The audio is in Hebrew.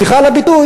סליחה על הביטוי,